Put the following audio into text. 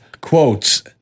quotes